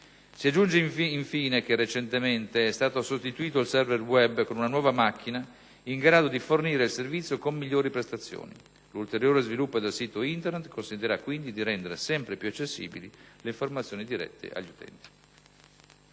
Si aggiunge, infine, che recentemente è stato sostituito il *server web* con una nuova macchina in grado di fornire il servizio con migliori prestazioni. L'ulteriore sviluppo del sito Internet consentirà, quindi, di rendere sempre più accessibili le informazioni dirette agli utenti.